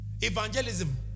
Evangelism